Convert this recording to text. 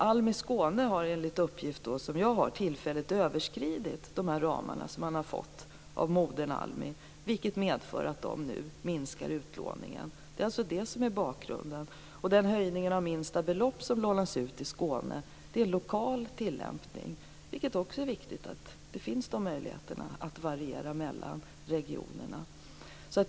ALMI Skåne har, enligt uppgifter som jag har fått, tillfälligt överskridit de ramar som man fått av moderbolaget ALMI, vilket medför att man nu minskar utlåningen. Det är alltså det som är bakgrunden. Och den höjning av minsta belopp som lånas ut i Skåne är lokal tillämpning, vilket också är viktigt. Det finns alltså sådana möjligheter att variera mellan regionerna.